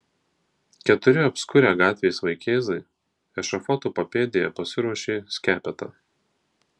keturi apskurę gatvės vaikėzai ešafoto papėdėje pasiruošė skepetą